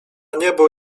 niebo